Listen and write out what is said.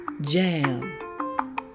jam